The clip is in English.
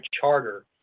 charter